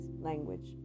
language